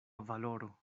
valoro